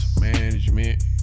management